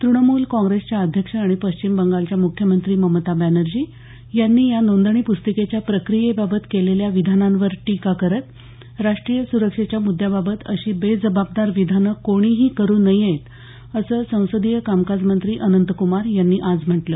तूणमूल काँग्रेसच्या अध्यक्ष आणि पश्चिम बंगालच्या मुख्यमंत्री ममता बॅनर्जी यांनी या नोंदणी पुस्तिकेच्या प्रक्रियेबाबत केलेल्या विधानांवर टीका करत राष्ट्रीय सुरक्षेच्या मुद्द्याबाबत अशी बेजबाबदार विधानं कोणीही करू नयेत असं संसदीय कामकाजमंत्री अनंतक्मार यांनी आज म्हटलं